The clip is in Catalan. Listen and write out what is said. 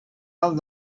alt